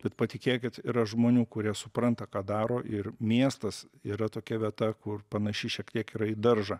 bet patikėkit yra žmonių kurie supranta ką daro ir miestas yra tokia vieta kur panaši šiek tiek yra į daržą